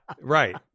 Right